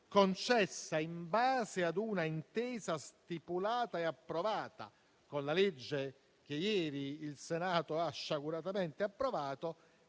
concessa in base ad un'intesa stipulata e approvata con il disegno di legge che ieri il Senato ha sciaguratamente approvato